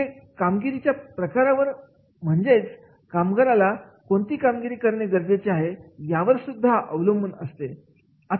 हे कामगिरीच्या प्रकारावर म्हणजेच कामगाराला कोणती कामगिरी करणे गरजेचे आहे यावर सुद्धा अवलंबून असते